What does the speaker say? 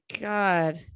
God